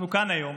אנחנו כאן היום